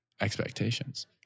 expectations